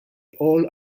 all